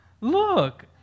look